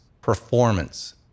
performance